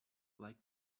like